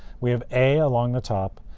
we have a along the top,